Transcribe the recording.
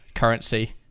Currency